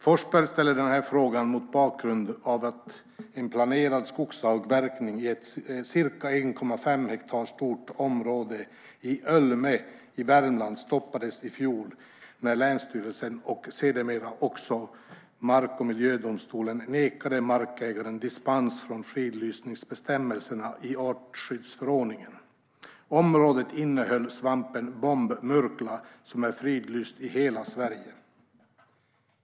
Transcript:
Forsberg ställer den här frågan mot bakgrund av att en planerad skogsavverkning i ett ca 1,5 hektar stort område i Ölme i Värmland stoppades i fjol när länsstyrelsen och sedermera också mark och miljödomstolen nekade markägaren dispens från fridlysningsbestämmelserna i artskyddsförordningen. Området innehöll svampen bombmurkla, som är fridlyst i hela Sverige.